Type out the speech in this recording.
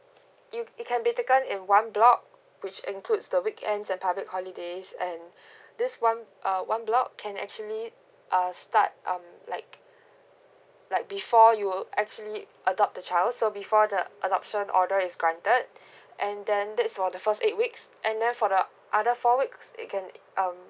you it can be taken in one block which includes the weekends and public holidays and this one uh one block can actually uh start um like like before you actually adopt a child so before the adoption order is granted and then that's for the first eight weeks and then for the other four weeks it can um